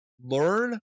Learn